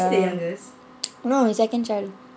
ya not he second child